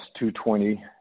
$2.20